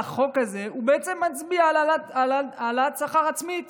החוק הזה בעצם מצביע על העלאת שכר עצמית